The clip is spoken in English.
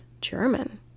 German